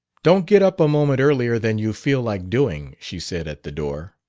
don't get up a moment earlier than you feel like doing, she said, at the door.